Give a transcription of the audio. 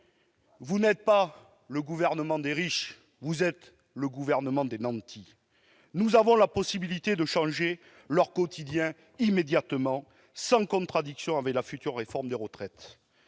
Vous n'êtes pas le gouvernement des riches, vous êtes le gouvernement des nantis ! Nous avons la possibilité de changer le quotidien des agriculteurs immédiatement, sans contradiction avec la future réforme des retraites.